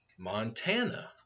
Montana